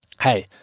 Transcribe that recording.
hey